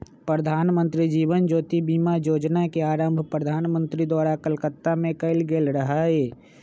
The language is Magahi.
प्रधानमंत्री जीवन ज्योति बीमा जोजना के आरंभ प्रधानमंत्री द्वारा कलकत्ता में कएल गेल रहइ